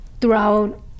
throughout